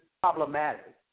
problematic